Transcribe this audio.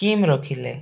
scheme ରଖିଲେ